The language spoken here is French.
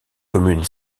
commune